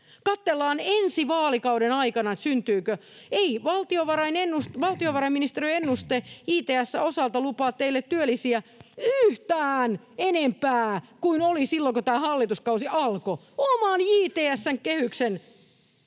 katsellaan ensi vaalikauden aikana, syntyykö. Ei valtiovarainministeriön ennuste JTS:n osalta lupaa teille työllisiä yhtään enempää kuin oli silloin, kun tämä hallituskausi alkoi — oma JTS:n kehys,